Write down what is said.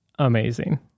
amazing